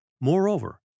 Moreover